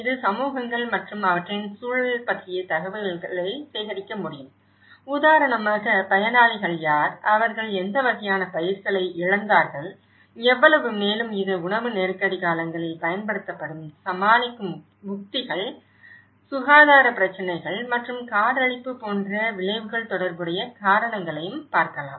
இது சமூகங்கள் மற்றும் அவற்றின் சூழல் பற்றிய தகவல்களை சேகரிக்க முடியும் உதாரணமாக பயனாளிகள் யார் அவர்கள் எந்த வகையான பயிர்களை இழந்தார்கள் எவ்வளவு மேலும் இது உணவு நெருக்கடி காலங்களில் பயன்படுத்தப்படும் சமாளிக்கும் உத்திகள் சுகாதார பிரச்சினைகள் மற்றும் காடழிப்பு போன்ற விளைவுகள் தொடர்புடைய காரணங்களையும் பார்க்கலாம்